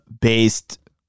based